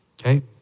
Okay